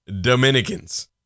Dominicans